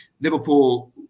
liverpool